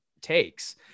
takes